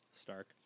Stark